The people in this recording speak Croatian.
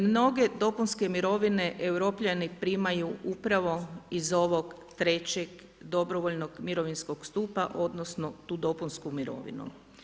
Mnoge dopunske mirovine Europljani primaju upravo iz ovog trećeg dobrovoljnog mirovinskog stupa, odnosno tu dopunsku mirovinu.